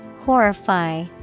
Horrify